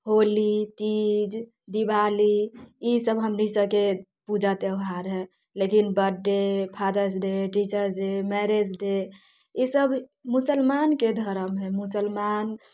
होली तीज दिवाली ई सब हमनी सबके पूजा त्योहार हय लेकिन birthday father's day teachers' day marriage day ई सब मुस्लमानके धर्म हय मुस्लमान